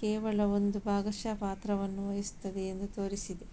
ಕೇವಲ ಒಂದು ಭಾಗಶಃ ಪಾತ್ರವನ್ನು ವಹಿಸುತ್ತದೆ ಎಂದು ತೋರಿಸಿದೆ